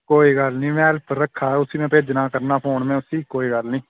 कोई गल्ल निं में हेल्पर रक्खा उसी करना फोन भेजना उसी में कोई गल्ल निं